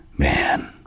Man